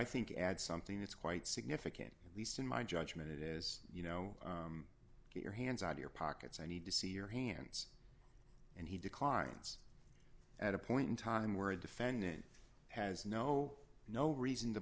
think adds something that's quite significant at least in my judgment it is you know get your hands on your pockets i need to see your hands and he declines at a point in time where a defendant has no no reason to